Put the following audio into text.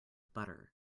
butter